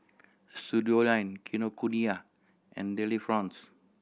Studioline Kinokuniya and Delifrance